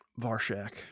Varshak